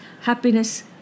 happiness